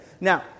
Now